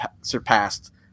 surpassed